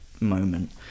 moment